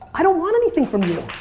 i don't want anything from you.